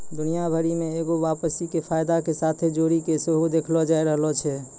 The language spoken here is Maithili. दुनिया भरि मे एगो वापसी के फायदा के साथे जोड़ि के सेहो देखलो जाय रहलो छै